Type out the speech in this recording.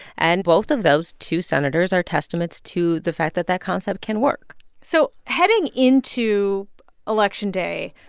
and both of those two senators are testaments to the fact that that concept can work so heading into election day,